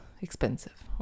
expensive